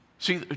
See